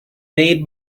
made